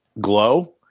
Glow